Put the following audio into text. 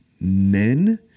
men